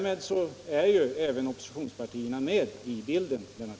Och självklart skall oppositionen vara med, Lennart Pettersson.